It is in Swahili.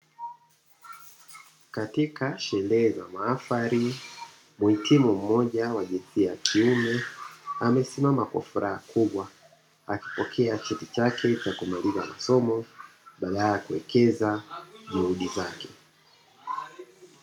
Katika sherehe ya maafali muhitimu mmoja wa jinsia ya kiume amesimama kwa furaha kubwa akipokea cheti chake cha kumaliza masomo baada ya kuwekeza juhidi zake.